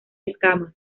escamas